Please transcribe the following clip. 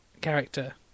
character